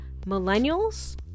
millennials